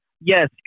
yes